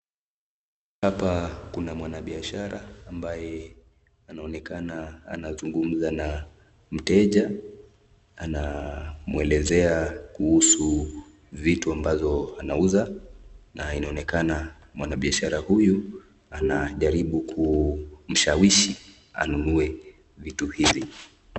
Hapa kuna mwanabiashara ambaye anaoneka anazungumza na mteja, anamwelezea kuhusu vitu ambazo anauza na inaonekana mwanabiashara huyu anajaribu kumshawishi anunue vitu hivi.